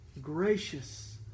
gracious